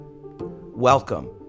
welcome